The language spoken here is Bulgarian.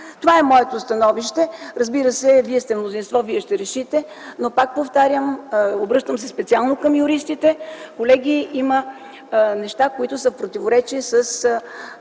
Това е моето становище. Разбира се, вие сте мнозинство, вие ще решите. Но пак повтарям, обръщам се специално към юристите – колеги, има неща, които са в противоречие със